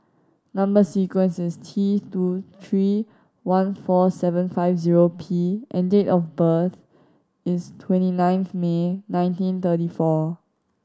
number sequence is T two three one four seven five zero P and date of birth is twenty ninth May nineteen thirty four